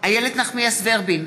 איילת נחמיאס ורבין,